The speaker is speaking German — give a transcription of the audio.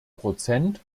prozent